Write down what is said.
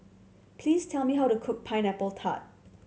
please tell me how to cook Pineapple Tart